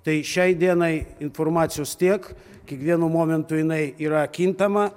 tai šiai dienai informacijos tiek kiekvienu momentu jinai yra kintama